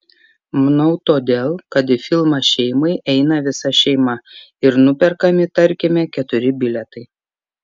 manau todėl kad į filmą šeimai eina visa šeima ir nuperkami tarkime keturi bilietai